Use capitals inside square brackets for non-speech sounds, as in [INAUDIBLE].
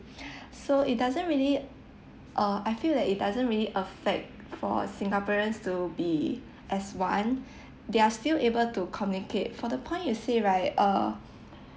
[BREATH] so it doesn't really uh I feel like it doesn't really affect for singaporeans to be as one they are still able to communicate for the point you say right uh